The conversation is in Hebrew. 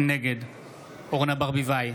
נגד אורנה ברביבאי,